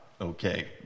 Okay